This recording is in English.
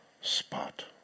spot